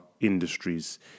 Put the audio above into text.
industries